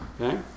Okay